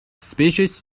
species